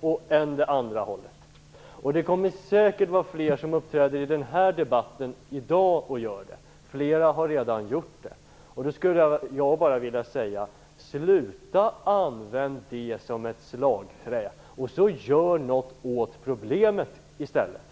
och än det andra hållet. Det kommer säkert att vara flera som uppträder i den här debatten i dag och gör det - flera har redan gjort det. Jag skulle bara vilja säga: Sluta att använda det som ett slagträ, och gör något åt problemet i stället!